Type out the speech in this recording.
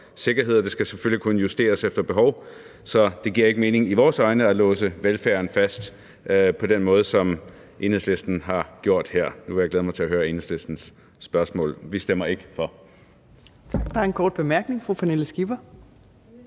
det skal selvfølgelig kunne justeres efter behov. Så det giver ikke mening i vores øjne at låse velfærden fast på den måde, som Enhedslisten har gjort her. Nu vil jeg glæde mig til at høre Enhedslistens spørgsmål. Vi stemmer ikke for.